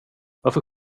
varför